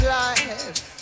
life